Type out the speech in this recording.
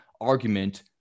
argument